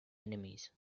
enemies